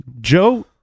Joe